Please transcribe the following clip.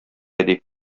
әдип